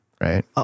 right